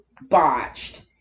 botched